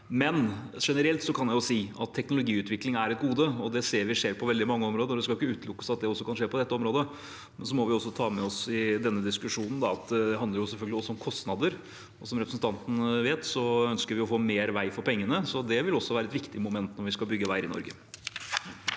Men generelt kan jeg si at teknologiutvikling er et gode, og det ser vi skjer på veldig mange områder, og det skal ikke utelukkes at det også kan skje på dette området. Så må vi også ta med oss i denne diskusjonen at dette selvfølgelig også handler om kostnader. Som representanten vet, ønsker vi å få mer vei for pengene, og det vil også være et viktig moment når vi skal bygge veier i Norge.